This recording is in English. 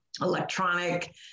electronic